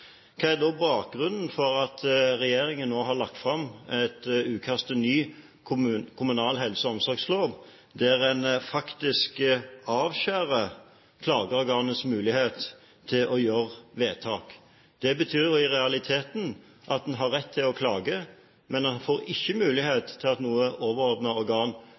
Hva er da bakgrunnen for at regjeringen nå har lagt fram et utkast til ny kommunal helse- og omsorgslov, der en faktisk avskjærer klageorganets mulighet til å gjøre vedtak? Det betyr i realiteten at en har rett til å klage, men at et overordnet organ faktisk ikke får mulighet til